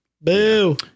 Boo